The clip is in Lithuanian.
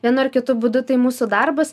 vienu ar kitu būdu tai mūsų darbas